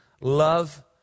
Love